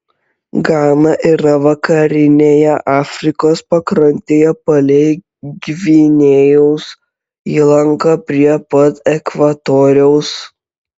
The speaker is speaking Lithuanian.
gana yra vakarinėje afrikos pakrantėje palei gvinėjos įlanką prie pat ekvatoriaus